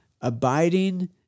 abiding